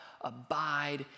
abide